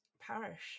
parish